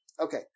Okay